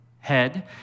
head